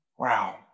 Wow